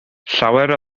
llawer